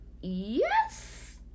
Yes